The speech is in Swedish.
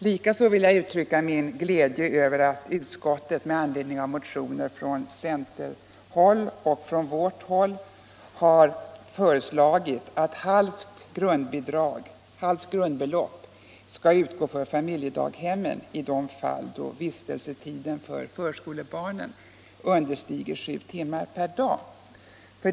Likaså vill jag uttrycka min glädje över att utskottet med anledning av motioner från centerhåll och från vårt håll har föreslagit att halvt grundbelopp skall utgå för familjedaghemmen i de fall då vistelsetiden för förskolebarnen understiger sju timmar per dag.